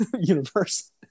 universe